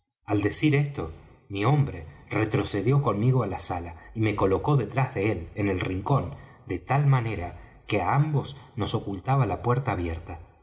al decir esto mi hombre retrocedió conmigo á la sala y me colocó detrás de él en el rincón de tal manera que á ambos nos ocultaba la puerta abierta